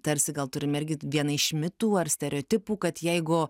tarsi gal turim irgi vieną iš mitų ar stereotipų kad jeigu